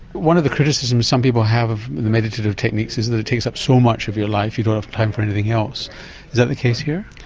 one of the criticisms some people have of meditative techniques is that it takes up so much of your life you don't have time for anything else. is that the case here?